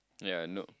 ya no